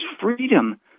freedom